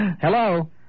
Hello